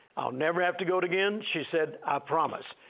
i'll never have to go again? she said, i promise.